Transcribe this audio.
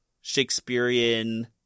Shakespearean